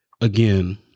again